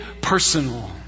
personal